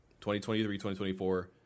2023-2024